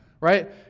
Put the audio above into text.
right